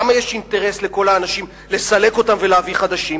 למה יש אינטרס לכל האנשים לסלק אותם ולהביא חדשים?